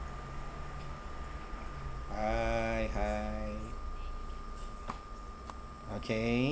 hi hi okay